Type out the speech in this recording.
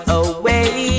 away